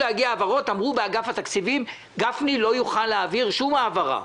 אמרו באגף התקציבים: גפני לא יוכל להעביר שום העברה,